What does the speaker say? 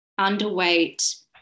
underweight